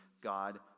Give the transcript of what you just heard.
God